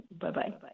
Bye-bye